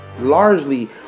largely